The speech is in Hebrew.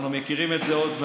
אנחנו מכירים את זה עוד,